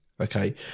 Okay